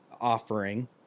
offering